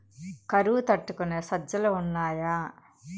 కరువు తట్టుకునే సజ్జలు ఉన్నాయా